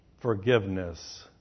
forgiveness